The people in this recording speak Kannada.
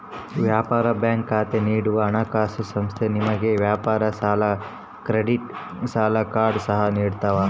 ವ್ಯಾಪಾರ ಬ್ಯಾಂಕ್ ಖಾತೆ ನೀಡುವ ಹಣಕಾಸುಸಂಸ್ಥೆ ನಿಮಗೆ ವ್ಯಾಪಾರ ಸಾಲ ಕ್ರೆಡಿಟ್ ಸಾಲ ಕಾರ್ಡ್ ಸಹ ನಿಡ್ತವ